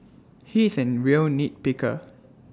he is A real nitpicker